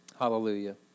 Hallelujah